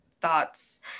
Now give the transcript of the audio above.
thoughts